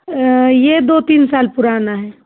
ये दो तीन साल पुराना है